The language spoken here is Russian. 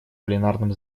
пленарном